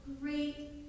great